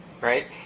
right